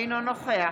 אינו נוכח